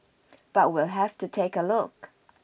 but we'll have to take a look